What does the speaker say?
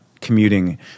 commuting